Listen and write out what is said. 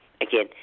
again